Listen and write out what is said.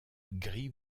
gris